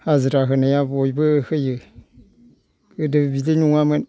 दासो नै हाजिरा होनाया बयबो होयो गोदो बिदि नंङा मोन